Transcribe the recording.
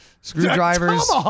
Screwdrivers